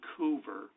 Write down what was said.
Vancouver